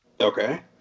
Okay